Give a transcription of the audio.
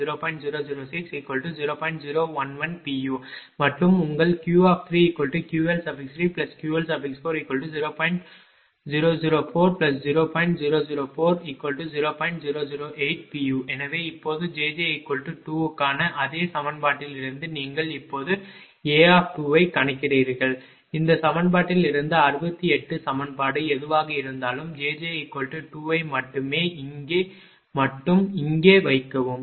எனவே இப்போது jj2 க்கான அதே சமன்பாட்டிலிருந்து நீங்கள் இப்போது A ஐக் கணக்கிடுகிறீர்கள் இந்த சமன்பாட்டிலிருந்து 68 சமன்பாடு எதுவாக இருந்தாலும் jj2 ஐ மட்டும் இங்கே மட்டும் இங்கே வைக்கவும்